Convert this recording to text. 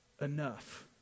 enough